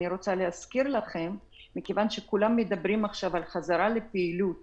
כולם מדברים עכשיו על חזרה לפעילות